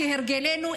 כהרגלנו,